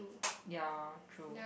ya true